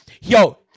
Yo